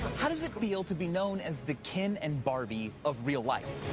how does it feel to be known as the ken and barbie of real life?